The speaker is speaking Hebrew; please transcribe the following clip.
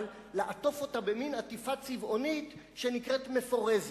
אבל לעטוף אותה במין עטיפה צבעונית שנקראת מפורזת.